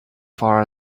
far